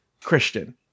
christian